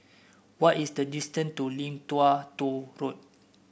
what is the distance to Lim Tua Tow Road